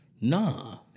Nah